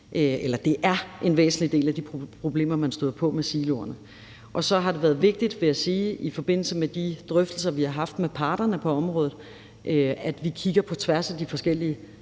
for. Det er en væsentlig del af de problemer, man støder på med siloerne. Så har det været vigtigt, vil jeg sige, i forbindelse med de drøftelser, vi har haft med parterne på området, at vi kigger på tværs af de forskellige